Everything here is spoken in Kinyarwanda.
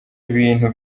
ibintu